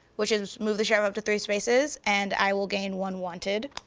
which is move the sheriff up to three spaces and i will gain one wanted,